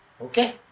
okay